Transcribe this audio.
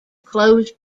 closed